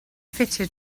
ffitio